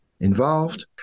involved